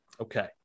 Okay